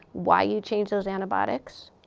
why you changed those antibiotics.